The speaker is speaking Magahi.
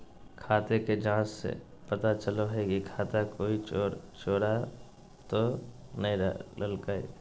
खाते की जाँच से पता चलो हइ की खाता कोई चोरा तो नय लेलकय